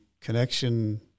connection